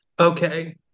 Okay